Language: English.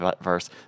verse